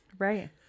Right